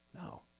No